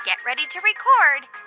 get ready to record